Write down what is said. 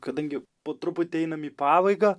kadangi po truputį einam į pabaigą